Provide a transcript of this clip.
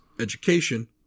education